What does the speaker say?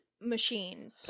machine